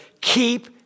keep